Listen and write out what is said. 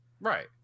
Right